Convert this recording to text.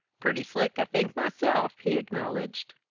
purty slick, i think myself, he acknowledged.